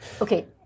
Okay